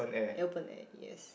open air yes